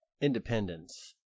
independence